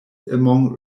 among